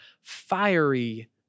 fiery